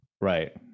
right